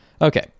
okay